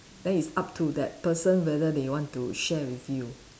then it's up to that person whether they want to share with you